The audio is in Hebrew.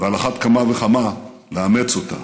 ועל אחת כמה וכמה לאמץ אותה.